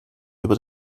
über